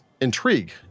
intrigue